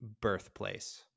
birthplace